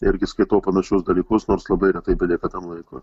irgi skaitau panašius dalykus nors labai retai belieka tam laiko